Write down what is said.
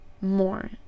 more